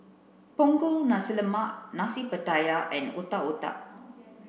Punggol Nasi Lemak Nasi Pattaya and Otak Otak